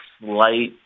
slight